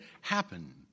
happen